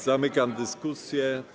Zamykam dyskusję.